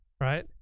right